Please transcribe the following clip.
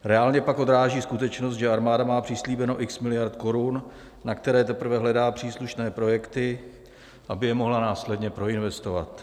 Reálně pak odráží skutečnost, že armáda má přislíbeno x miliard korun, na které teprve hledá příslušné projekty, aby je mohla následně proinvestovat.